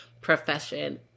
profession